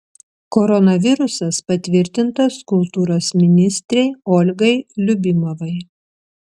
koronavirusas patvirtintas kultūros ministrei olgai liubimovai